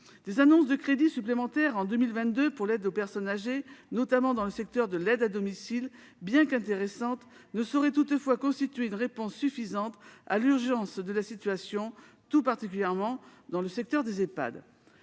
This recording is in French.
Les annonces de crédits supplémentaires en 2022 pour l'aide aux personnes âgées, notamment dans le secteur de l'aide à domicile, sont intéressantes, mais elles ne sauraient constituer une réponse suffisante à l'urgence de la situation, tout particulièrement dans le secteur des Ehpad.